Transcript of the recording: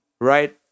right